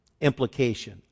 Implication